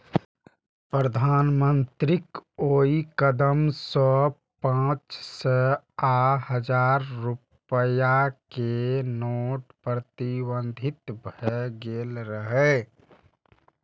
प्रधानमंत्रीक ओइ कदम सं पांच सय आ हजार रुपैया के नोट प्रतिबंधित भए गेल रहै